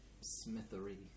smithery